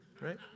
right